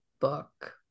book